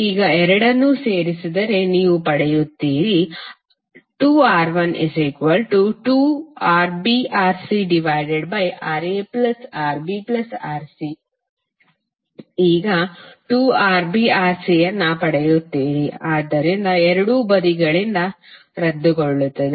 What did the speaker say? ಈಗ ಎರಡನ್ನೂ ಸೇರಿಸಿದರೆ ನೀವು ಪಡೆಯುತ್ತೀರಿ 2R12RbRcRaRbRc ಈಗ 2RbRc ಅನ್ನು ಪಡೆಯುತ್ತೀರಿ ಆದ್ದರಿಂದ 2 ಎರಡೂ ಬದಿಗಳಿಂದ ರದ್ದುಗೊಳ್ಳುತ್ತದೆ